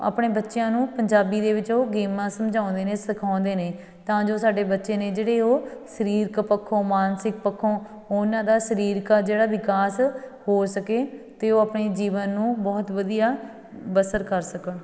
ਆਪਣੇ ਬੱਚਿਆਂ ਨੂੰ ਪੰਜਾਬੀ ਦੇ ਵਿੱਚ ਉਹ ਗੇਮਾਂ ਸਮਝਾਉਂਦੇ ਨੇ ਸਿਖਾਉਂਦੇ ਨੇ ਤਾਂ ਜੋ ਸਾਡੇ ਬੱਚੇ ਨੇ ਜਿਹੜੇ ਉਹ ਸਰੀਰਕ ਪੱਖੋਂ ਮਾਨਸਿਕ ਪੱਖੋਂ ਉਹਨਾਂ ਦਾ ਸਰੀਰਕ ਆ ਜਿਹੜਾ ਵਿਕਾਸ ਹੋ ਸਕੇ ਅਤੇ ਉਹ ਆਪਣੇ ਜੀਵਨ ਨੂੰ ਬਹੁਤ ਵਧੀਆ ਬਸਰ ਕਰ ਸਕਣ